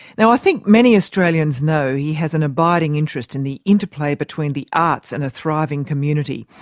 now, i think many australians know he has an abiding interest in the interplay between the arts and a thriving community.